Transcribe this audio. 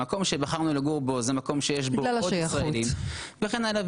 המקום שבחרנו לגור בו זה מקום שיש בו עוד ישראלים וכן האלה.